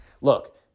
Look